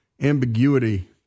ambiguity